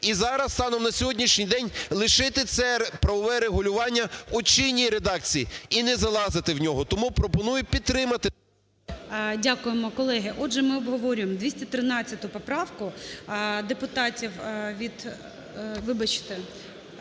І зараз станом на сьогоднішній день лишити це правове регулювання у чинній редакції і не залазити в нього. Тому пропоную підтримати… ГОЛОВУЮЧИЙ. Дякуємо. Колеги, отже ми обговорюємо 213 поправку депутатів від… Вибачте,